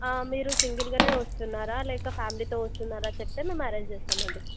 మీరు సింగల్గా వస్తున్నారా లేక ఫ్యామిలీతో వస్తున్నారా చెప్తే మేము అరెంజ్ చేస్తాం అండి